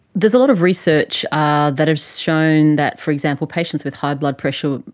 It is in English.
there's a lot of research ah that has shown that, for example, patients with high blood pressure,